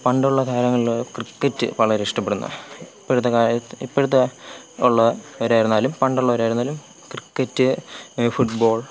പണ്ടുള്ള കാലങ്ങളില് ക്രിക്കറ്റ് പലരും ഇഷ്ടപ്പെടുന്നു ഇപ്പോഴത്തെ കാലത്ത് ഇപ്പോഴത്തെ ഉള്ള അവരായിരുന്നാലും പണ്ടുള്ളവരായിരുന്നാലും ക്രിക്കറ്റ് ഫുട് ബോൾ